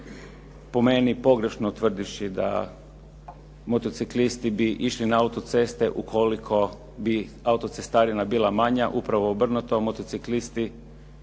po meni pogrešno utvrdivši da motociklisti bi išli na autoceste ukoliko bi autocestarina bila manja. Upravo obrnuto, motociklisti